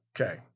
Okay